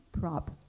prop